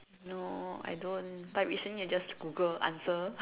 no I don't but recently I just Google answer